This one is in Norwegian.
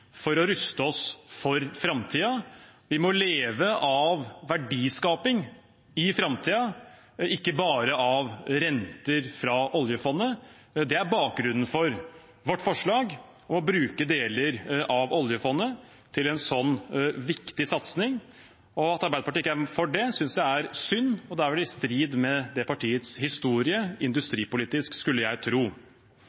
for å ruste oss for framtiden. Vi må leve av verdiskaping i framtiden, ikke bare av renter fra oljefondet. Det er bakgrunnen for vårt forslag om å bruke deler av oljefondet til en sånn viktig satsing. At Arbeiderpartiet ikke er for det, synes jeg er synd, og det er vel i strid med det partiets industripolitiske historie,